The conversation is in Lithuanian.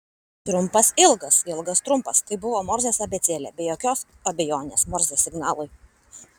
trumpas ilgas ilgas trumpas tai buvo morzės abėcėlė be jokios abejonės morzės signalai